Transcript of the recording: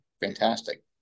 fantastic